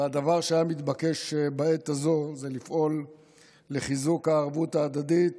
והדבר שהיה מתבקש בעת הזו זה לפעול לחיזוק הערבות ההדדית